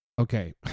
Okay